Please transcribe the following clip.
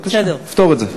בבקשה, נפתור את זה.